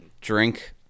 drink